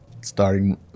starting